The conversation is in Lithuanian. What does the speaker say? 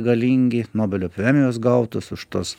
galingi nobelio premijos gautos už tuos